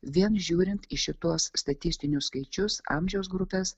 vien žiūrint į šituos statistinius skaičius amžiaus grupes